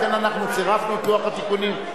לכן אנחנו צירפנו את לוח התיקונים.